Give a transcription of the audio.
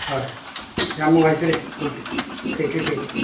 ꯍꯣꯏ ꯌꯥꯝ ꯅꯨꯡꯉꯥꯏꯖꯔꯦ ꯍꯣꯏ ꯊꯦꯡꯛ ꯌꯨ ꯊꯦꯡꯛ ꯌꯨ